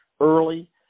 early